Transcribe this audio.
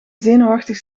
zenuwachtig